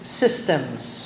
systems